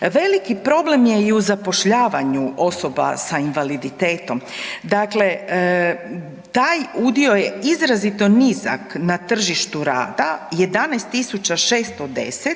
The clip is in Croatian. Veliki problem je i u zapošljavanju osoba sa invaliditetom. Dakle, taj udio je izrazito nizak na tržištu rada, 11610